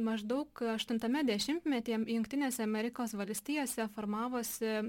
maždaug aštuntame dešimtmetyje jungtinėse amerikos valstijose formavosi